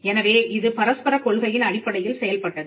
எனவே இது பரஸ்பரக் கொள்கையின் அடிப்படையில் செயல்பட்டது